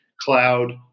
cloud